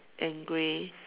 and gray